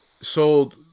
sold